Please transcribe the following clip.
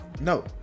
no